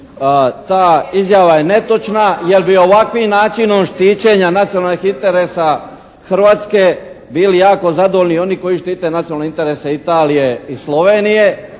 Ta izjava je netočna jer bi ovakvim načinom štićenja nacionalnih interesa Hrvatske bili jako zadovoljni oni koji štite nacionalne interese Italije i Slovenije.